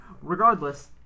Regardless